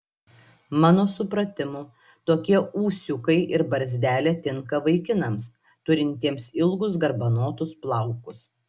mano supratimu tokie ūsiukai ir barzdelė tinka vaikinams turintiems ilgus garbanotus plaukus